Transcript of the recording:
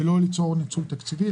לא ליצור ניצול תקציבי.